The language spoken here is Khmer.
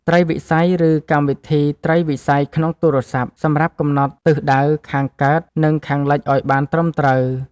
ត្រីវិស័យ ឬកម្មវិធីត្រីវិស័យក្នុងទូរសព្ទ សម្រាប់កំណត់ទិសដៅខាងកើត និងខាងលិចឱ្យបានត្រឹមត្រូវ។